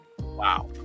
Wow